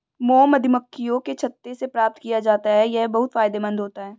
mom मधुमक्खियों के छत्ते से प्राप्त किया जाता है यह बहुत फायदेमंद होता है